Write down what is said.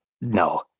No